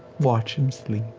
watch him sleep.